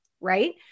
Right